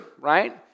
right